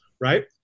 right